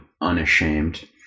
unashamed